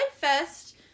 fest